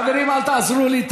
חברים, אל תעזרו לי.